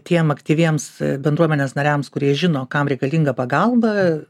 tiem aktyviems bendruomenės nariams kurie žino kam reikalinga pagalba